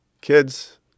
kids